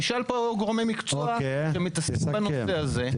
תשאל פה גורמי מקצוע שמתעסקים בנושא הזה.